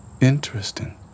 Interesting